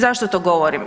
Zašto to govorim?